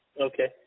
Okay